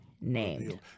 named